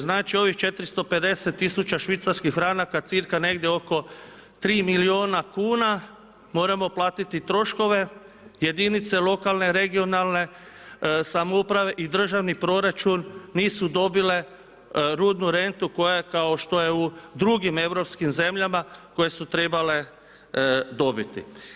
Znači ovih 450 tisuća švicarskih franaka cca. negdje oko 3 milijuna kuna, moramo platiti troškove jedinice lokalne, regionalne samouprave i državni proračun nisu dobile rudnu rentu koja kao što je u drugim europskim zemljama koje su trebale dobiti.